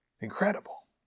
Incredible